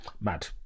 Mad